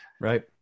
Right